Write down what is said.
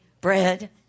bread